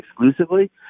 exclusively